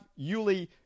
Yuli